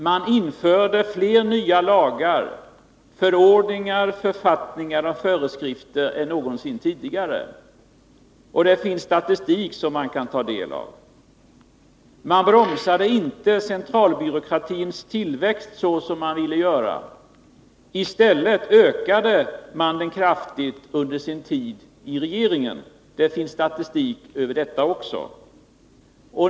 De införde fler nya lagar, förordningar, författningar och föreskrifter än någonsin tidigare — det finns statistik som visar detta. De bromsade inte centralbyråkratins tillväxt så som de ville göra. I stället ökade de den kraftigt under sin tid i regeringen — det finns statistik också över detta.